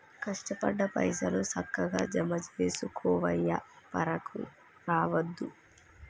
కష్టపడ్డ పైసలు, సక్కగ జమజేసుకోవయ్యా, పరాకు రావద్దు